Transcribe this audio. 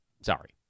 Sorry